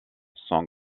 sans